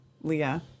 Leah